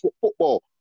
football